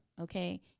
okay